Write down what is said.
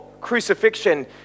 crucifixion